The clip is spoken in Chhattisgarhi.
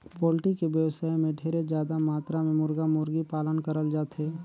पोल्टी के बेवसाय में ढेरे जादा मातरा में मुरगा, मुरगी पालन करल जाथे